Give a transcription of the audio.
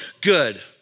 good